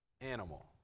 animal